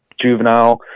juvenile